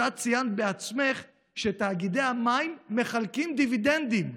את עוד ציינת בעצמך שתאגידי המים מחלקים דיבידנדים.